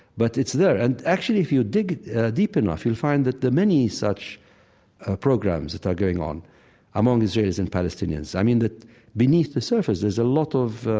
but it's there. and actually, if you dig deep enough, you'll find that the many such ah programs that are going on among israelis and palestinians, i mean, that beneath the surface, there's a lot of